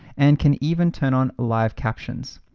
and can even turn on live captions.